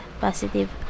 positive